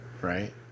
right